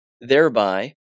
Thereby